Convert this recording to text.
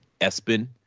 Espen